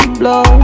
blow